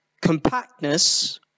compactness